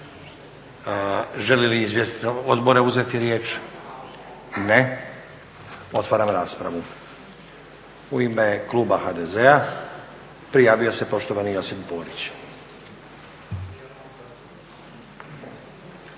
Želi li izvjestitelj odbora uzeti riječ? Ne. Otvaram raspravu. U ime kluba HDZ-a, prijavio se poštovani Josip Borić.